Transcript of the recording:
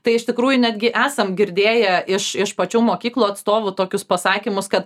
tai iš tikrųjų netgi esam girdėję iš iš pačių mokyklų atstovų tokius pasakymus kad